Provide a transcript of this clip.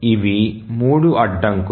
ఇవి మూడు అడ్డంకులు